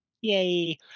Yay